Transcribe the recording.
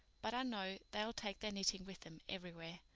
but i know they'll take their knitting with them everywhere.